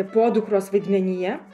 podukros vaidmenyje